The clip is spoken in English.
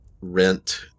rent